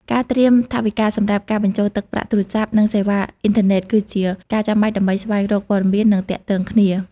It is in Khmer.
ការត្រៀមថវិកាសម្រាប់ការបញ្ចូលទឹកប្រាក់ទូរស័ព្ទ និងសេវាអ៊ីនធឺណិត គឺជាការចាំបាច់ដើម្បីស្វែងរកព័ត៌មាន និងទាក់ទងគ្នា។